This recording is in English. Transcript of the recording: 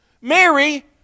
Mary